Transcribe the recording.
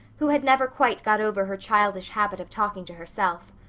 who had never quite got over her childish habit of talking to herself.